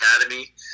academy